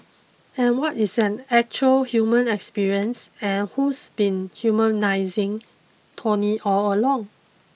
and what is an actual human experience and who's been humanising Tony all along